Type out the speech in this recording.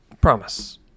promise